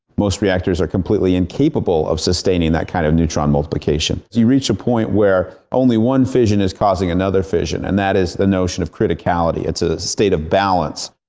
most reactors are completely incapable of sustaining that kind of neutron multiplication. you reach a point where only one fission is causing another fission and that is the notion of criticality. it's a state of balance.